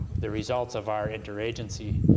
the results of our enter agency,